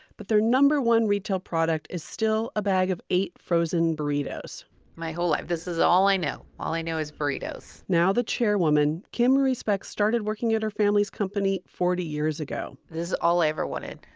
but their number one retail product is still a bag of eight frozen burritos my whole life, this is all i know, all i know is burritos! now the chairwoman, kim ruiz beck started working at her family's company forty years ago this is all i ever wanted.